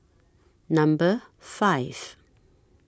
Number five